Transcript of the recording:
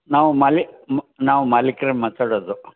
ನಾವು ಮಲಿ ಮ ನಾವು ಮಾಲೀಕರೇ ಮಾತಾಡೋದು